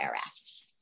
IRS